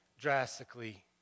drastically